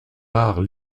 arts